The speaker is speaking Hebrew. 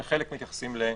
וחלק מתייחסים לאנשים.